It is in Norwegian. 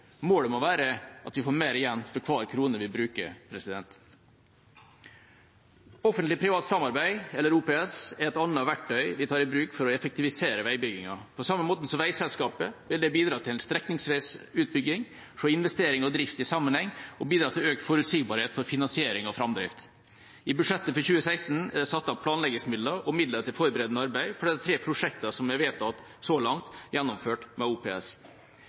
Målet må være at vi får mer igjen for hver krone vi bruker. Offentlig–privat samarbeid, eller OPS, er et annet verktøy vi tar i bruk for å effektivisere veibyggingen. På samme måten som veiselskapet vil det bidra til en strekningsvis utbygging, se investering og drift i sammenheng, og bidra til økt forutsigbarhet for finansiering og framdrift. I budsjettet for 2016 er det satt av planleggingsmidler og midler til forberedende arbeid for de tre prosjektene som så langt er vedtatt gjennomført med OPS.